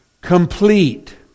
complete